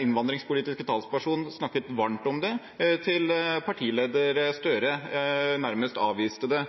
innvandringspolitiske talsperson snakket varmt om det, til partileder Støre nærmest avviste det.